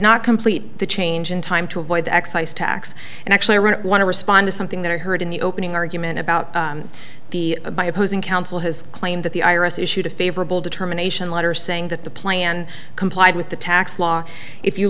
not complete the change in time to avoid the excise tax and actually run it want to respond to something that i heard in the opening argument about the by opposing counsel has claimed that the i r s issued a favorable determination letter saying that the plan complied with the tax law if you